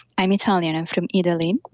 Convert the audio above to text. i'm italian and from italy,